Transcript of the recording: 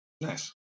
Nice